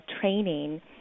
training